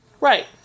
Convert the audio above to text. Right